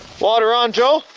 water on, joe.